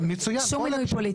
שום מינוי פוליטי.